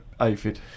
aphid